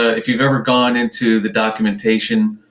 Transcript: ah if you've ever gone into the documentation,